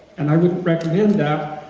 and i wouldn't recommend that,